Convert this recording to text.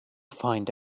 find